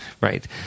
Right